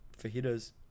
fajitas